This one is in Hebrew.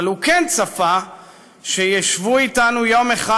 אבל הוא כן צפה שישבו אתנו יום אחד